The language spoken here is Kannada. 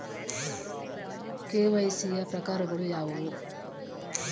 ಕೆ.ವೈ.ಸಿ ಯ ಪ್ರಕಾರಗಳು ಯಾವುವು?